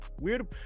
weird